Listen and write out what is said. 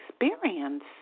experience